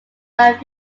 live